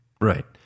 Right